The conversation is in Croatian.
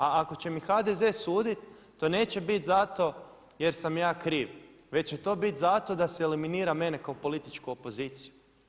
A ako će mi HDZ sudit to neće bit zato jer sam ja kriv, već će to bit zato da se eliminira mene kao političku opoziciju.